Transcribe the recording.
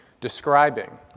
describing